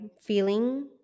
feeling